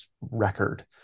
record